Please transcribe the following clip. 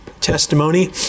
testimony